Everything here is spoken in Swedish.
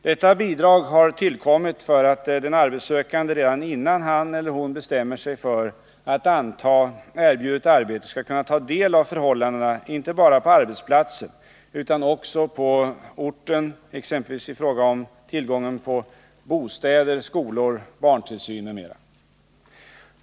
Detta bidrag har tillkommit för att den arbetssökande redan innan han eller hon bestämmer sig för att anta erbjudet arbete skall kunna ta del av förhållandena, inte bara på arbetsplatsen utan också på orten, exempelvis i fråga om tillgången på bostäder, skolor, barntillsyn m.m.